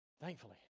Thankfully